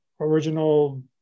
original